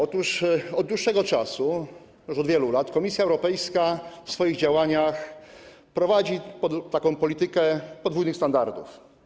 Od dłuższego czasu, od wielu lat Komisja Europejska w swoich działaniach prowadzi politykę podwójnych standardów.